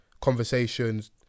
conversations